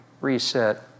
reset